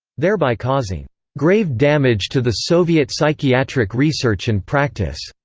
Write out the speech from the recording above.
thereby causing grave damage to the soviet psychiatric research and practice.